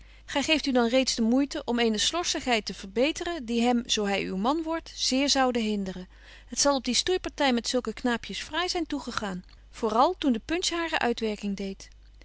gy geeft u dan reeds de moeite om eene slorssigheid te verbeteren die hem zo hy uw man wordt zeer zoude hinderen t zal op die stoeiparty met zulke knaapjes fraai zyn toegegaan voor al toen de punch hare uitwerking deedt